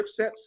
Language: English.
chipsets